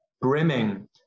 Brimming